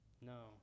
No